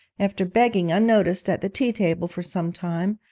after begging unnoticed at the tea-table for some time,